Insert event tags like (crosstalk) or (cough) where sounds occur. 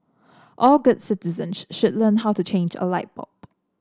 all good citizen (unintelligible) learn how to change a light bulb